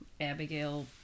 Abigail